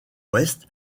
ouest